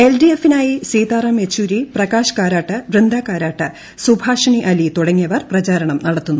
L D എഫിനായി സീതാറാം പ്ലെയ്ച്ചൂരി പ്രകാശ് കാരാട്ട് ബൃന്ദാ കാരാട്ട് സുഭാഷിണി അലി തുടങ്ങിയവർ പ്രചാരണം നടത്തുന്നു